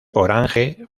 orange